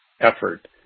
effort